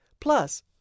plus